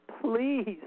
please